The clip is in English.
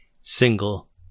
single